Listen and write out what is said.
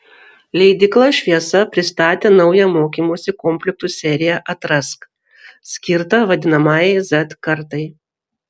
leidykla šviesa pristatė naują mokymosi komplektų seriją atrask skirtą vadinamajai z kartai